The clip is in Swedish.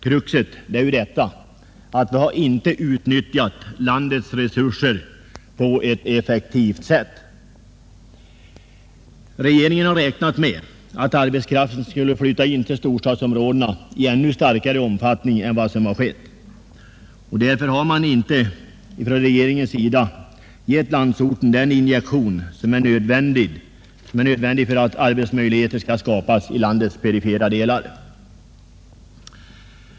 Kruxet är att vi inte har utnyttjat landets resurser på ett effektivt sätt. Regeringen har räknat med att arbetskraften skulle flytta in till storstadsområdena i ännu större omfattning än som har skett. Därför har regeringen inte givit landsorten den injektion som är nödvändig för att arbetsmöjligheter skall skapas i landets perifera delar.